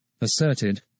asserted